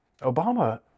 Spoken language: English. Obama